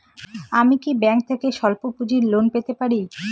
আমি কি ব্যাংক থেকে স্বল্প পুঁজির লোন পেতে পারি?